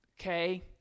Okay